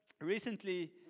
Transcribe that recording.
recently